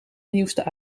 nieuwste